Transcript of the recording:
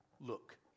look